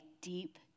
deep